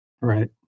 Right